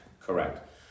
Correct